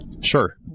Sure